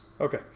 Okay